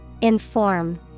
Inform